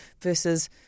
versus